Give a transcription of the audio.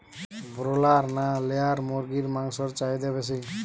Broiler না layer মুরগির মাংসর চাহিদা বেশি?